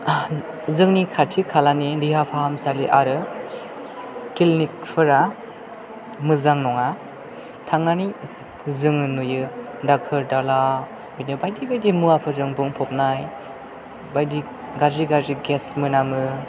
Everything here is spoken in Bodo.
जोंनि खाथि खालानि देहा फाहामसालि आरो क्लिनिकफोरा मोजां नङा थांनानै जों नुयो दाखोर दाला बिदिनो बायदि बायदि मुवाफोरजों बुंफबनाय बायदि गाज्रि गाज्रि गेस मोनामो